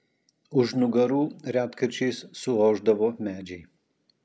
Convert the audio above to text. už nugarų retkarčiais suošdavo medžiai